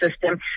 system